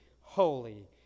holy